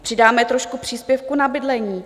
Přidáme trošku příspěvku na bydlení.